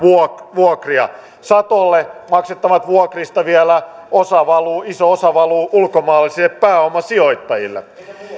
vuokria satolle maksettavista vuokrista vielä iso osa valuu ulkomaalaisille pääomasijoittajille